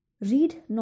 Read